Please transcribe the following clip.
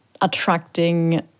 attracting